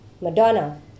Madonna